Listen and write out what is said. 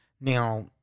Now